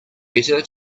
better